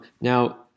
Now